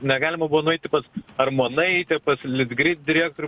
negalima buvo nueiti pas armonaitę litgrid direktorių